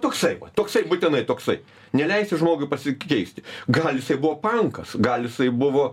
toksai va toksai būtinai toksai neleisi žmogui pasikeisti gal jisai buvo pankas gal jisai buvo